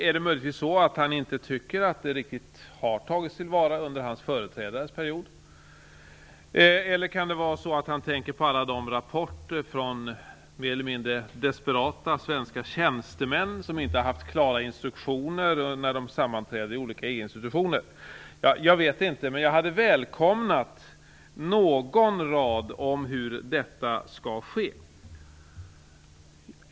Är det möjligtvis så att han inte tycker att det riktigt har tagits till vara under hans företrädares period? Eller tänker han på alla de rapporter från mer eller mindre desperata svenska tjänstemän som inte har haft klara instruktioner när de sammanträtt i olika EU-institutioner? Jag vet inte, men jag hade välkomnat någon rad om hur detta skall ske.